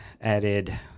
added